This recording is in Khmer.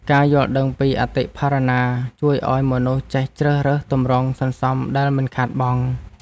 ការយល់ដឹងពីអតិផរណា ជួយឱ្យមនុស្សចេះជ្រើសរើសទម្រង់សន្សំដែលមិនខាតបង់។